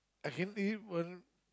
I can eat one